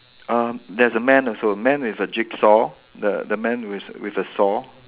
uh there's a man also man with a jigsaw the the man with with a saw